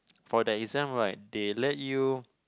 for the exam right they let you